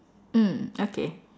mm okay